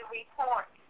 report